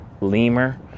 Lemur